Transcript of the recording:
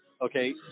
Okay